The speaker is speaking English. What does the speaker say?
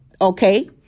okay